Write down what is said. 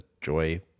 Joy